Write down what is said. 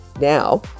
Now